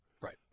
right